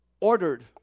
ordered